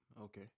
Okay